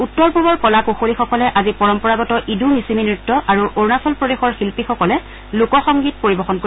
উত্তৰ পূবৰ কলা কশলীসকলে আজি পৰম্পৰাগত ইদ মিছিমি নৃত্য আৰু অৰুণাচল প্ৰদেশৰ শিল্পীসকলে লোকসংগীত পৰিৱেশন কৰিব